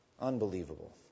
Unbelievable